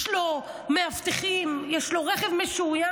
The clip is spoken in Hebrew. יש לו מאבטחים, יש לו רכב משוריין.